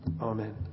Amen